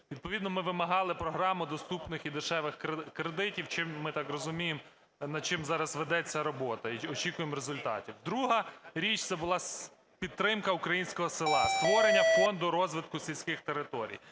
Відповідно ми вимагали програму доступних і дешевих кредитів чи, ми так розуміємо, над чим зараз ведеться робота й очікуємо результатів. Друга річ – це була підтримка українського села, створення фонду розвитку сільських територій.